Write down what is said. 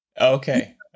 Okay